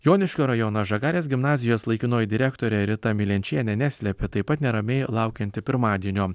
joniškio rajono žagarės gimnazijos laikinoji direktorė rita milenšienė neslepia taip pat neramiai laukianti pirmadienio